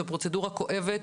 זו פרוצדורה כואבת,